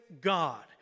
God